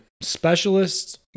specialists